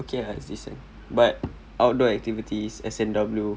okay it's decent but outdoor activities S&W